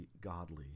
godly